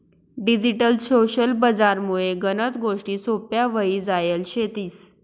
digital social बजार मुळे गनच गोष्टी सोप्प्या व्हई जायल शेतीस